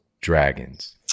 dragons